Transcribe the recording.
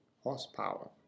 horsepower